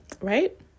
right